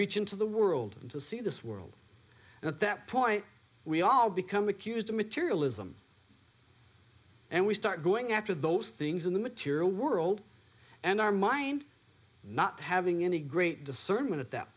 reach into the world and to see this world at that point we all become accused of materialism and we start going after those things in the material world and our mind not having any great discernment at that